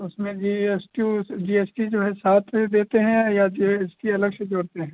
उसमें G S T G S T जो है साथ में देते हैं या जी एस टी अलग से जोड़ते हैं